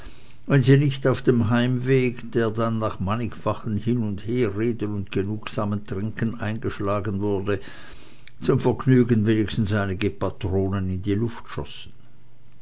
wenn sie nicht auf dem heimwege der dann nach mannigfachem hin und herreden und genugsamem trinken eingeschlagen wurde zum vergnügen wenigstens einige patronen in die luft schossen